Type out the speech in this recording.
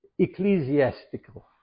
ecclesiastical